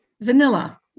vanilla